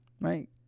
right